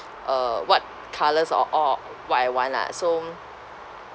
uh what colours or or what I want lah so